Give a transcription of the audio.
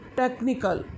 technical